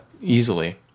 easily